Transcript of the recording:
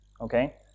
Okay